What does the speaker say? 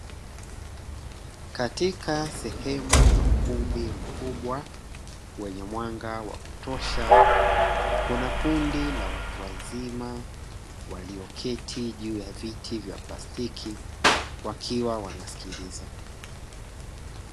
Katika sehemu ya ukumbi mkubwa wenye mwanga wa kutosha, kuna kundi la watu wazima walioketi juu ya viti vya plastiki; wakiwa wanasikiliza.